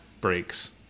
breaks